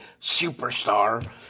superstar